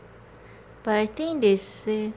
but I think they say